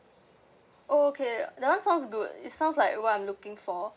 oh okay that one sounds good it sounds like what I'm looking for